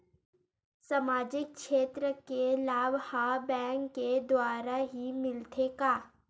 सामाजिक क्षेत्र के लाभ हा बैंक के द्वारा ही मिलथे का?